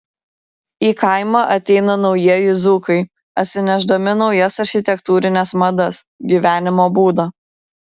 į kaimą ateina naujieji dzūkai atsinešdami naujas architektūrines madas gyvenimo būdą